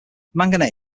manganese